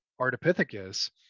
Ardipithecus